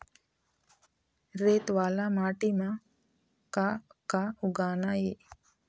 रेत वाला माटी म का का उगाना ये?